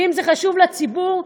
ואם זה חשוב לציבור,